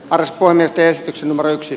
ars kon ettei sen oma yksi